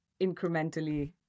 incrementally